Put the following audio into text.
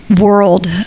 world